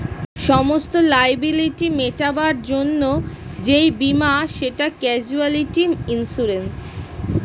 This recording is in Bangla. সমস্ত লায়াবিলিটি মেটাবার জন্যে যেই বীমা সেটা ক্যাজুয়ালটি ইন্সুরেন্স